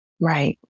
Right